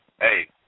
Hey